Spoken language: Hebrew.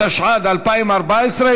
התשע"ד 2014,